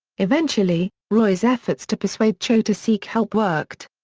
eventually, roy's efforts to persuade cho to seek help worked.